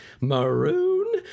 maroon